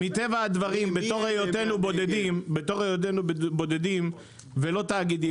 מטבע הדברים בתור היותנו בודדים ולא תאגידים,